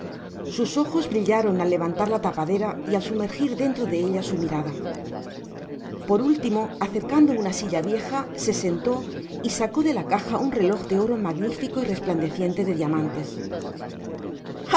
sus ojos brillaron al levantar la tapadera y al sumerjir dentro de ella su mirada por último acercando una silla vieja se ipató y sacó de la caja un reloj de oro magnifico y resplandeciente de diamantes